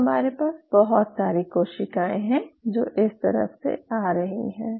अब हमारे पास बहुत सारी कोशिकाएं हैं जो इस तरफ से आ रही हैं